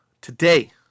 today